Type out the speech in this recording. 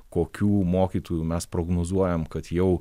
kokių mokytojų mes prognozuojam kad jau